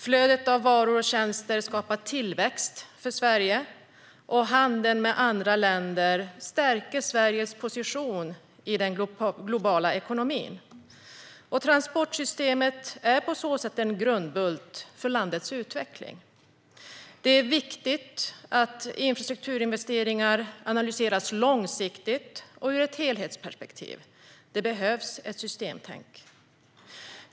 Flödet av varor och tjänster skapar tillväxt för Sverige, och handeln med andra länder stärker Sveriges position i den globala ekonomin. Transportsystemet är på så sätt en grundbult för landets utveckling. Det är viktigt att infrastrukturinvesteringar analyseras långsiktigt och ur ett helhetsperspektiv. Det behövs ett systemtänk.